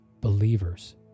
believers